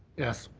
yes.